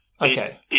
Okay